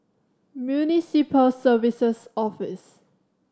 Municipal Services Office